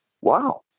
wow